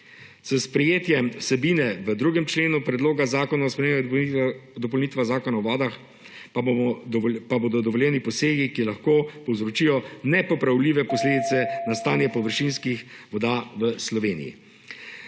S sprejetjem vsebine v 2. členu Predloga zakona o spremembah in dopolnitvah Zakona o vodah pa bodo dovoljeni posegi, ki lahko povzročijo nepopravljive posledice na stanje površinskih voda v Sloveniji.